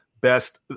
best